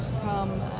come